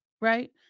right